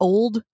Old